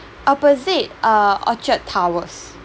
opposite uh orchard towers